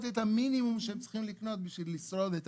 את המינימום שהם צריכים לקנות בשביל לשרוד.